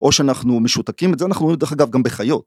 ‫או שאנחנו משותקים. את זה ‫אנחנו רואים, דרך אגב, גם בחיות.